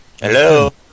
Hello